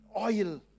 oil